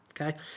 okay